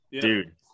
dude